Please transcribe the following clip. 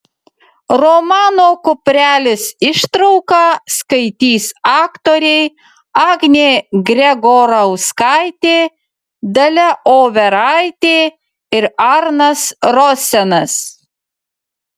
romano kuprelis ištrauką skaitys aktoriai agnė gregorauskaitė dalia overaitė ir arnas rosenas